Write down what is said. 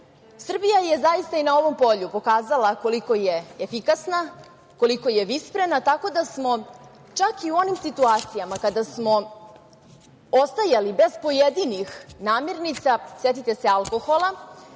je zaista i na ovom polju pokazala koliko je efikasna, koliko je visprena, tako da smo čak i u onim situacijama kada smo ostajali bez pojedinih namirnica, setite se alkohola,